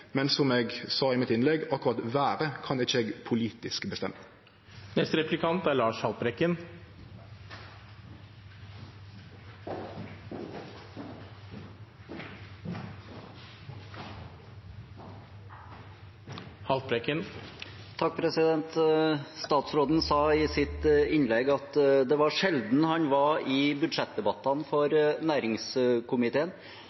Men som eg sa i innlegget mitt: Akkurat vêret kan ikkje eg politisk bestemme. Statsråden sa i sitt innlegg at det var sjelden han var i budsjettdebattene for